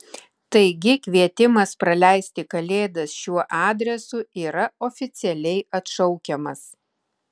taigi kvietimas praleisti kalėdas šiuo adresu yra oficialiai atšaukiamas